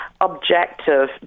objective